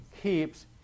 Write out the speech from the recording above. keeps